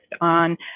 on